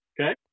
Okay